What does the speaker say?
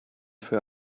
für